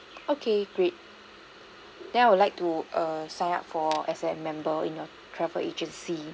okay great then I will like to err sign up for as a member in your travel agency